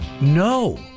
No